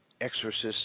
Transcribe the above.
exorcists